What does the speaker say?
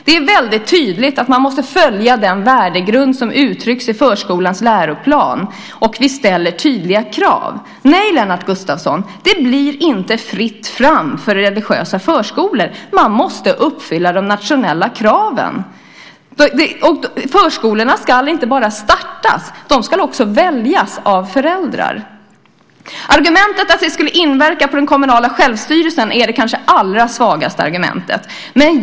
Det är väldigt tydligt att man måste följa den värdegrund som uttrycks i förskolans läroplan och vi ställer tydliga krav. Nej, Lennart Gustavsson, det blir inte fritt fram för religiösa förskolor. Man måste uppfylla de nationella kraven. Förskolorna ska inte bara startas, de ska också väljas av föräldrar. Argumentet att det skulle inverka på den kommunala självstyrelsen är det kanske allra svagaste argumentet.